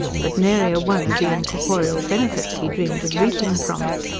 but nary a one of the incorporeal benefits he dreamed of reaping from it.